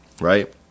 right